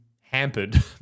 hampered